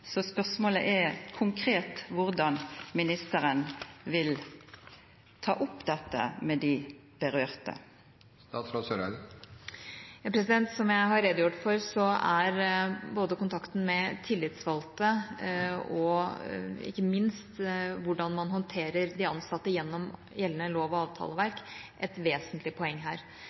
så det konkrete spørsmålet er: Hvordan vil ministeren ta dette opp med de berørte? Som jeg har redegjort for, er både kontakten med tillitsvalgte og ikke minst hvordan man håndterer de ansatte gjennom gjeldende lov- og avtaleverk, et vesentlig poeng her.